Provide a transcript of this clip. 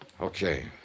Okay